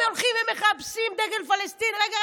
הם הולכים ומחפשים דגל פלסטין: רגע,